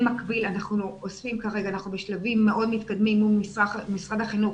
במקביל אנחנו בשלבים מאוד מתקדמים מול משרד החינוך